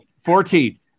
Fourteen